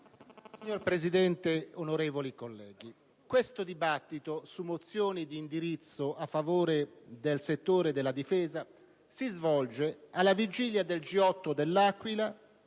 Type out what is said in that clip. Signora Presidente, onorevoli colleghi, questo dibattito su mozioni d'indirizzo a favore del settore della Difesa si svolge alla vigila del G8 dell'Aquila;